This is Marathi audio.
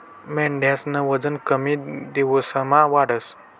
मेंढ्यास्नं वजन कमी दिवसमा वाढस